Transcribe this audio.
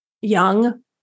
young